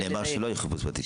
נאמר שלא יהיה חיפוש בתיקים.